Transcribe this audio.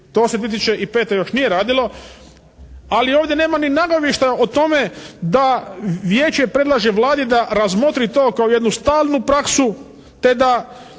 To se 2005. još nije radilo, ali ovdje nema ni nagovještaja o tome da vijeće predlaže Vladi da razmotri to kao jednu stalnu praksu te da